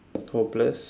hopeless